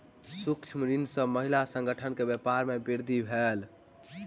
सूक्ष्म ऋण सॅ महिला संगठन के व्यापार में वृद्धि भेल